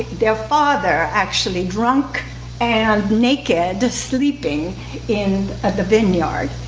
their father actually drunk and naked, sleeping in the vineyard.